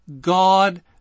God